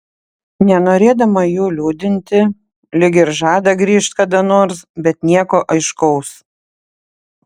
nenorėdama jų liūdinti lyg ir žada grįžt kada nors bet nieko aiškaus